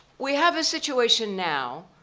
we have situation now,